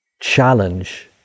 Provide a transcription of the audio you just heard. challenge